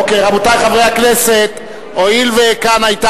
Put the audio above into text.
אוקיי, רבותי חברי הכנסת, הואיל וכאן היתה